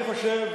אני חושב,